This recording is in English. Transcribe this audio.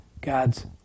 God's